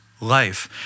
life